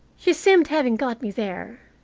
she seemed, having got me there,